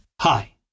Hi